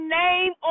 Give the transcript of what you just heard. name